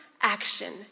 action